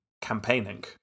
campaigning